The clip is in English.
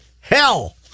Hell